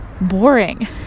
boring